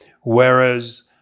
Whereas